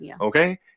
Okay